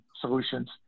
Solutions